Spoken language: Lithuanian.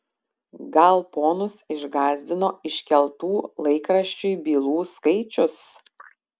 gal ponus išgąsdino iškeltų laikraščiui bylų skaičius